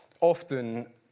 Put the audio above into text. often